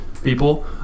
people